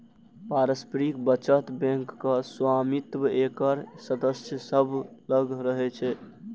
पारस्परिक बचत बैंकक स्वामित्व एकर सदस्य सभ लग रहै छै